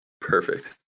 Perfect